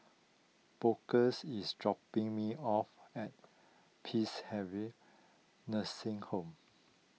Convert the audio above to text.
Bookers is dropping me off at Peacehaven Nursing Home